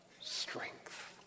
strength